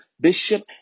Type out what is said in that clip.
bishop